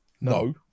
No